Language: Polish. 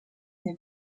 nie